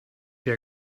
hier